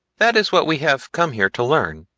that is what we have come here to learn,